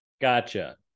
Gotcha